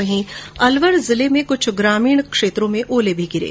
वहीं अलवर जिले में कुछ ग्रामीण ईलाकों में ओले भी गिरे